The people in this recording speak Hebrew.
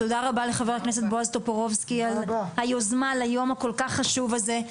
תודה רבה לח"כ בועז טופורובסקי על היוזמה ליום הכל כך חשוב הזה.